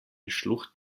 schlucht